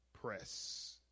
press